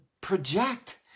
project